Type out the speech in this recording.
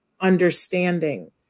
understanding